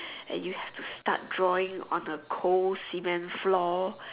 and you have to start drawing on a cold cement floor